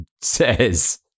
says